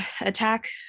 attack